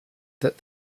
that